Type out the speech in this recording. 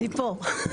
אני פה.